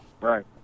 right